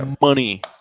Money